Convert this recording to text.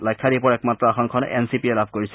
লাক্ষাদ্বীপৰ একমাত্ৰ আসনখন N C পিয়ে লাভ কৰিছে